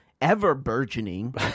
ever-burgeoning